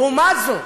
לעומת זאת,